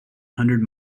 hundred